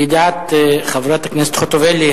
לידיעת חברת הכנסת חוטובלי,